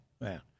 man